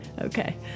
Okay